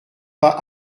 pas